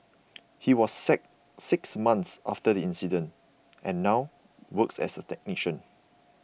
he was sacked six months after the incident and now works as a technician